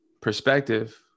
perspective